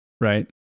Right